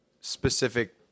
specific